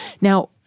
Now